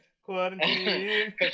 Quarantine